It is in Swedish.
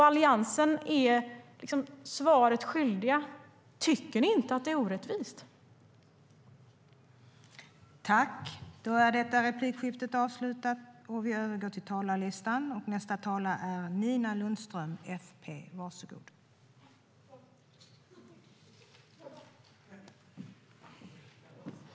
Alliansen är svaret skyldig: Tycker ni inte att det är orättvist?